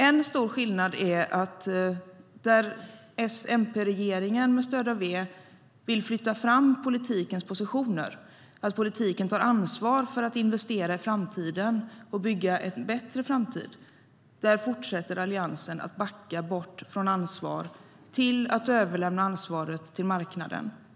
En stor skillnad är att där S-MP-regeringen med stöd av V vill flytta fram politikens positioner, så att politiken tar ansvar för att investera i framtiden och bygga en bättre framtid, där fortsätter Alliansen att backa bort från ansvar till att överlämna ansvaret till marknaden.